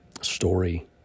story